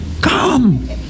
Come